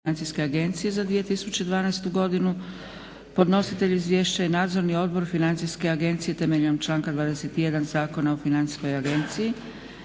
Financijske agencije za 2012. godinu Podnositelj izvješća je Nadzorni odbor Financijske agencije temeljem članka 21. Zakona o financijskoj agenciji.